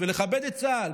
לכבד את צה"ל,